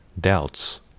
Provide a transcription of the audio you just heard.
doubts